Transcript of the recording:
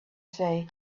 say